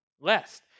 lest